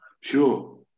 Sure